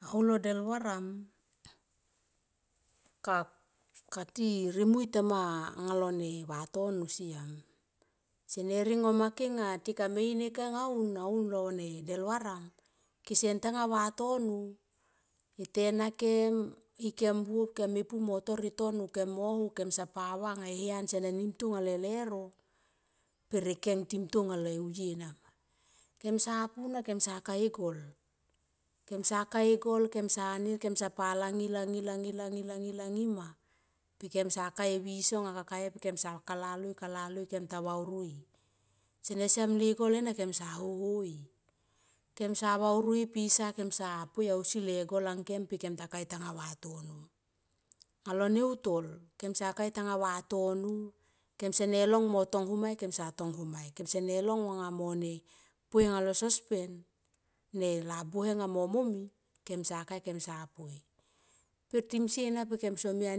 Au lo de varam ka ti rimui tema alo ne vatono siam, sene ringo make nga tikam in e kang aun na aun lo ne del varam kese tanga vatono e tena kem mo ho kem sapa va nga e hian sene nim to ale leuro per e kem timto ale vue nama, kema sa pu na kema sa ka e gol kesa ka e gol kem sa nin kem sapa langi langi langi langi ma pe kem sa kae visos nga me kakae kesa kala loi kala loi kem ta vaurie sene siam le gol ena ke sa hoho i kem sa vauri i pisa kem sa pol ausi le gol. Ang kem pe kem ta kai tovatono alo ne utoi kai tanga vatono kem sene lang mo tonghum mai kem sene long mo ne po anga lo ne sos pen ne lobuhe nga mo momi kem sa kai kem sa poi. Per timsie. na per kem somia